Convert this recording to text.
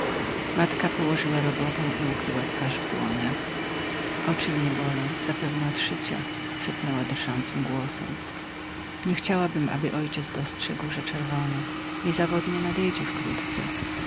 matka położyła robotę i ukryła twarz w dłoniach oczy mnie bolą zapewne od szycia szepnęła drżącym głosem nie chciałabym aby ojciec dostrzegł że czerwone niezawodnie nadejdzie wkrótce